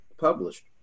published